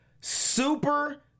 Super